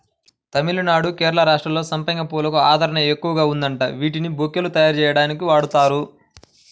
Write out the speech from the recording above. తమిళనాడు, కేరళ రాష్ట్రాల్లో సంపెంగ పూలకు ఆదరణ ఎక్కువగా ఉందంట, వీటిని బొకేలు తయ్యారుజెయ్యడానికి వాడతారు